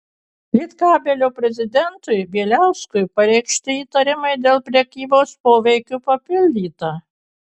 lietkabelio prezidentui bieliauskui pareikšti įtarimai dėl prekybos poveikiu papildyta